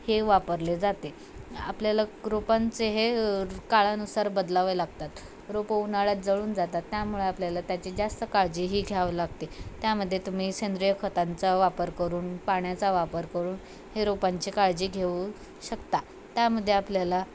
हे वापरले जाते आपल्याला ग रोपांचे हे काळानुसार बदलावे लागतात रोपं उन्हाळ्यात जळून जातात त्यामुळे आपल्याला त्याची जास्त काळजीही घ्यावी लागते त्यामध्ये तुम्ही सेंद्रिय खतांचा वापर करून पाण्याचा वापर करून हे रोपांची काळजी घेऊ शकता त्यामध्ये आपल्याला